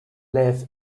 live